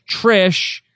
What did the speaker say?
Trish